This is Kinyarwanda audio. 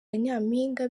nyampinga